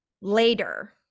later